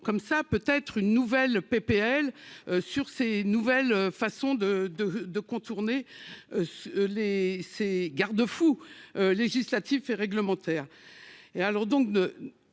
comme ça peut être une nouvelle PPL. Sur ces nouvelles façons de de de contourner. Les ces garde-fous législatifs et réglementaires.